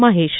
Mahesh